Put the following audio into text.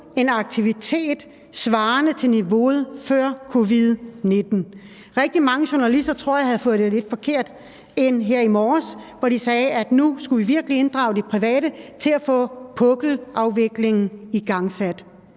en aktivitet svarende til niveauet før covid-19. Jeg tror, at rigtig mange journalister havde fået lidt forkert fat i det, da de her i morges sagde, at nu skulle vi virkelig inddrage det private til at få pukkelafviklingen igangsat.